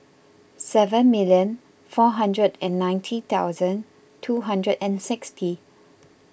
seven million four hundred and ninety thousand two hundred and sixty